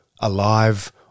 alive